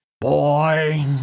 Boy